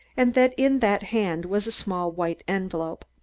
and that in that hand was a small white envelope.